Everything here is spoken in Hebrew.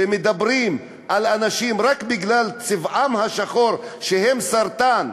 שמדברים על אנשים שרק בגלל צבעם השחור הם סרטן,